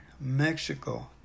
Mexico